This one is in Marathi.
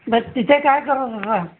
ब तिथे काय करत होता